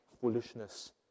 foolishness